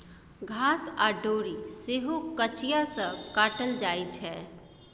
घास आ डोरी सेहो कचिया सँ काटल जाइ छै